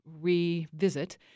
revisit